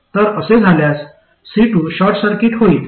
तर असे झाल्यास C2 शॉर्ट सर्किट होईल